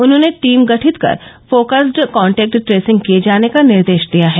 उन्होंने टीम गठित कर फोकस्ड कॉन्टेक्ट ट्रेसिंग किये जाने का निर्देश दिया है